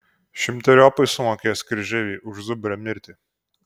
šimteriopai sumokės kryžeiviai už zubrio mirtį